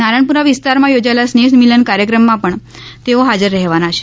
નારણપુરા વિસ્તારમાં યોજાયેલા સ્નેહ મિલન કાર્યક્રમમાં પણ તેઓ હાજર રહેવાના છે